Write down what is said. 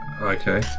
okay